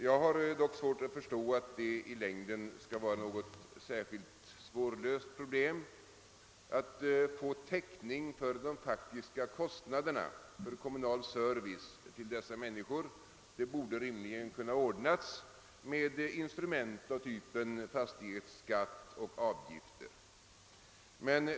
Jag kan dock inte förstå att det i längden skulle vara något särskilt svårlöst problem att få täckning för de faktiska kostnaderna för kommunal service till dessa människor; det borde rimligen kunna ordnas med instrument av typen fastighetsskatt och avgifter.